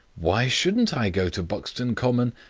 why shouldn't i go to buxton common?